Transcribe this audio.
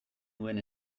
nuen